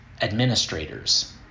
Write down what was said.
administrators